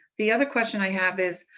the other question i have is,